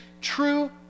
true